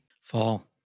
Fall